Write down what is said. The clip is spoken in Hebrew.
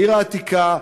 העיר העתיקה,